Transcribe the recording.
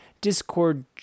Discord